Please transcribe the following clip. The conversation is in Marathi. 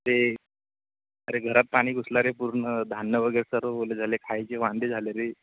ते अरे घरात पाणी घुसला रे पूर्ण धान्य वगैरे सर्व ओले झाले खायचे वांधे झाले रे